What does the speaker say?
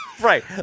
right